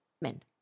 men